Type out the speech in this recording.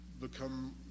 become